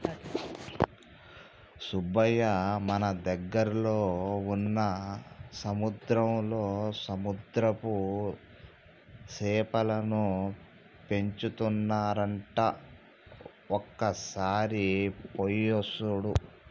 సుబ్బయ్య మన దగ్గరలో వున్న సముద్రంలో సముద్రపు సేపలను పెంచుతున్నారంట ఒక సారి పోయి సూడు